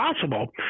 possible